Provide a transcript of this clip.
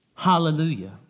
Hallelujah